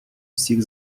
всіх